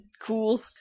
cool